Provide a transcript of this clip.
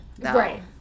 right